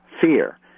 fear